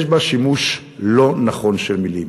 יש בכך שימוש לא נכון במילים.